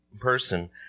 person